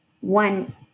one